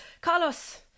Carlos